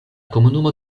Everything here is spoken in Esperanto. komunumo